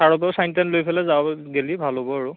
চাৰৰ পৰা ছাইন টাইন লৈ ফেলে যাব গেলি ভাল হ'ব আৰু